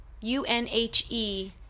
U-N-H-E